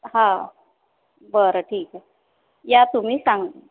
हा बरं ठीक आहे या तुम्ही सांग